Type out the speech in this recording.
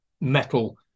metal